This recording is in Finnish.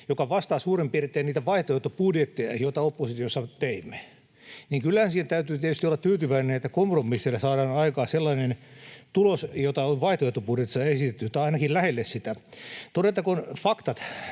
joka vastaa suurin piirtein niitä vaihtoehtobudjetteja, joita oppositiossa teimme, niin kyllähän siihen täytyy tietysti olla tyytyväinen, että kompromisseilla saadaan aikaan sellainen tulos, jota on vaihtoehtobudjeteissa esitetty, tai ainakin lähelle sitä. Todettakoon faktat